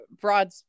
broad